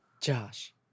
Josh